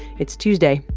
it's tuesday,